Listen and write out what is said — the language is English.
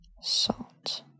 salt